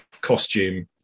costume